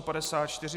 54.